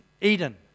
Eden